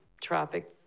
traffic